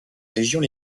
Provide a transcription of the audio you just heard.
régions